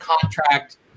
contract